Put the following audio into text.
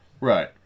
Right